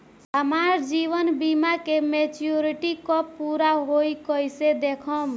हमार जीवन बीमा के मेचीयोरिटी कब पूरा होई कईसे देखम्?